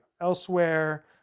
elsewhere